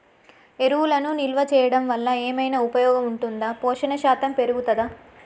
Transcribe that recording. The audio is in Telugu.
ఎరువులను నిల్వ చేయడం వల్ల ఏమైనా ఉపయోగం ఉంటుందా పోషణ శాతం పెరుగుతదా?